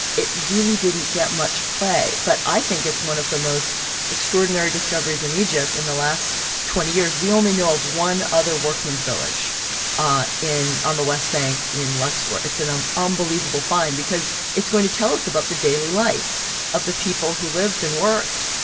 it really didn't get much play. but i think it's one of the most extraordinary discoveries in egypt in the last twenty years. we only know of one other workman's village ah in on the west bank in luxor. it's an um unbelievable find because it's going to tell us about the daily life of the people who lived and worked,